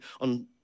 on